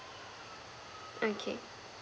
okay